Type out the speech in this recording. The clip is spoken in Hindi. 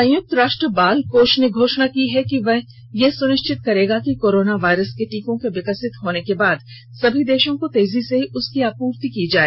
संयुक्त राष्ट्र बाल कोष ने घोषणा की है कि वह यह सुनिश्चित करेगा कि कोरोना वायरस के टीके के विकसित होने के बाद सभी देशों को तेजी से उसकी आपूर्ति की जाए